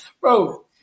Bro